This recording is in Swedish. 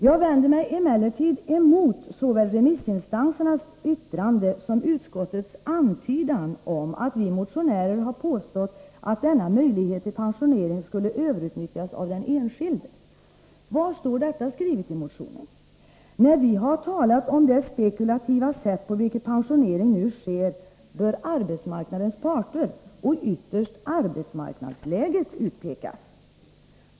Jag vänder mig emellertid mot såväl remissinstansernas yttranden som utskottets antydan om att vi motionärer har påstått att denna möjlighet till pensionering skulle överutnyttjas just av den enskilde. Var står detta skrivet i motionen? När vi har talat om det spekulativa sätt på vilket pensionering nu sker, bör arbetsmarknadens parter — och ytterst arbetsmarknadsläget — utpekas.